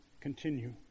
continue